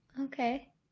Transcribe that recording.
Okay